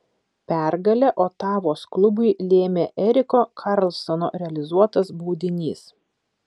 pergalę otavos klubui lėmė eriko karlsono realizuotas baudinys